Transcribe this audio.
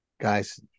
guys